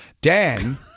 Dan